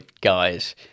guys